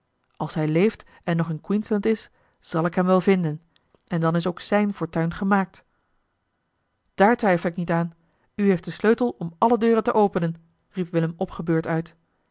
als hij leeft en nog in queensland is zal ik hem wel vinden en dan is ook zijn fortuin gemaakt daar twijfel ik niet aan u heeft den sleutel om alle deuren te openen riep willem opgebeurd uit